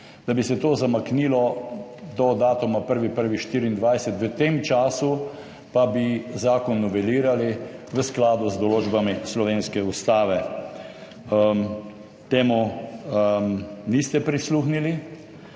tudi ljudem, zamaknila do datuma 1. 1. 2024, v tem času pa bi zakon novelirali v skladu z določbami slovenske ustave. Temu niste prisluhnili